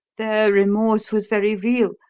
their remorse was very real,